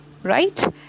Right